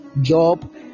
job